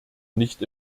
nicht